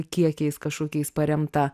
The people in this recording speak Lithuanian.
kiekiais kažkokiais paremta